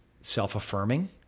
self-affirming